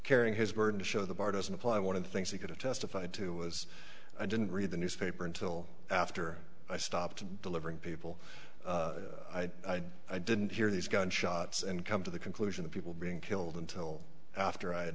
carrying his burden to show the bar doesn't apply one of the things he could have testified to was i didn't read the newspaper until after i stopped delivering people i didn't hear these gunshots and come to the conclusion of people being killed until after i had